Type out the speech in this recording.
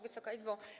Wysoka Izbo!